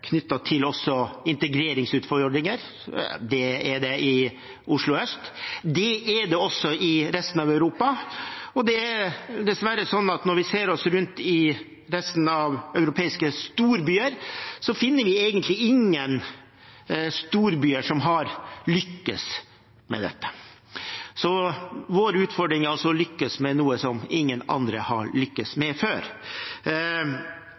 Det er det i Oslo øst, og det er det også i resten av Europa. Det er dessverre sånn at når vi ser oss rundt i resten av de europeiske storbyene, finner vi ingen storbyer som egentlig har lyktes med dette. Så vår utfordring er altså å lykkes med noe som ingen andre har